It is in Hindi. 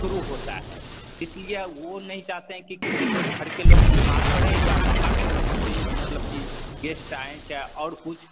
शुरू होता है इसलिए वो नहीं चाहते हैं कि किसी के घर के लोग बीमार पड़े या बाहर के लोग कोई मतलब कि गेस्ट आएँ चाहे और कुछ